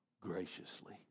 graciously